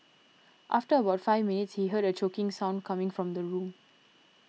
after about five minutes he heard a choking sound coming from the room